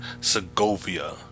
Segovia